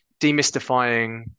demystifying